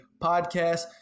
podcast